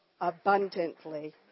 abundantly